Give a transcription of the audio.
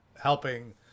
helping